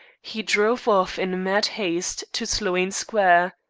he drove off in mad haste to sloane square.